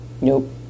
Nope